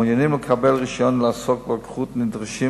המעוניינים לקבל רשיון לעסוק ברוקחות נדרשים